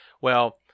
Well-